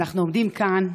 אנחנו עומדים כאן,